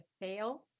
fail